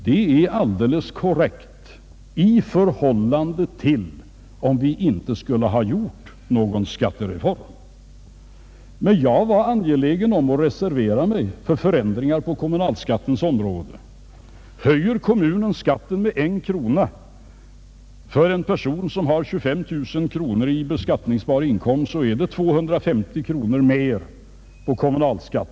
Det är alldeles korrekt i förhållande till om vi inte skulle ha gjort någon skattereform. Men jag var angelägen om att reservera mig för förändringar på kommunalskattens område. Om kommunen höjer skatten med en krona för en person som har 25 000 kronor i beskattningsbar inkomst blir det 250 kronor mera i kommunalskatt.